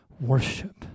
worship